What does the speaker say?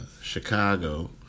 Chicago